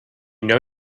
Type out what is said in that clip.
know